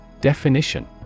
definition